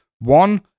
one